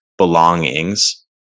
Belongings